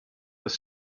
des